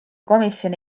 komisjon